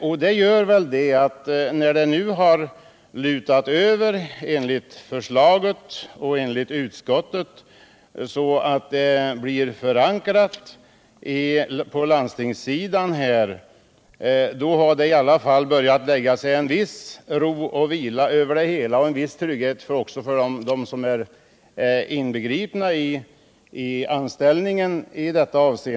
Då det nu enligt utskottet lutar åt att dessa tvätterier får landstingen som huvudman, så har det börjat lägga sig en viss ro och vila över det hela samt en känsla av trygghet hos de anställda.